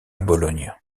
bologne